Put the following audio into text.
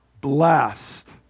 blessed